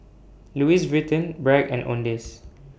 Louis Vuitton Bragg and Owndays